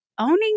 owning